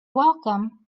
welcome